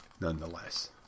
nonetheless